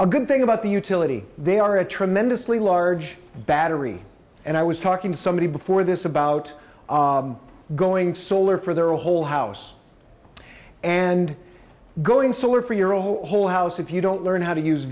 a good thing about the utility they are a tremendously large battery and i was talking to somebody before this about going solar for their whole house and going solar for your whole whole house if you don't learn how to use